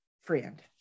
friend